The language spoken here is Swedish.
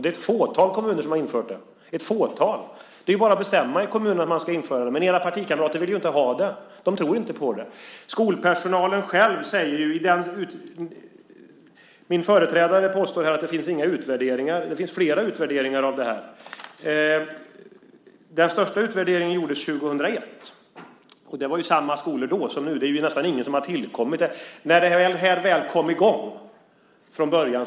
Det är ett fåtal kommuner som har infört det - ett fåtal. Det är ju bara att bestämma i kommunen att man ska införa det, men era partikamrater vill ju inte ha det. De tror inte på det. Min företrädare påstår att det inte finns några utvärderingar. Det finns flera utvärderingar av det här. Den största utvärderingen gjordes 2001, och det gällde samma skolor då som nu. Det är ju nästan ingen som har tillkommit sedan det här väl kom i gång från början.